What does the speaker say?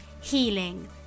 healing